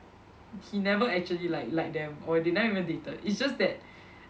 he never actually like liked them or they never even dated it's just that